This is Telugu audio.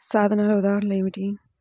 సాధనాల ఉదాహరణలు ఏమిటీ?